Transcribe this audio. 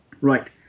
Right